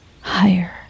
higher